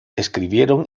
escribieron